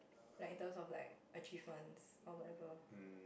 like in terms of like achievements or whatever